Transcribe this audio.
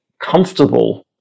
comfortable